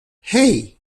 hey